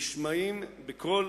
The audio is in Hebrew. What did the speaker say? נשמעים בכל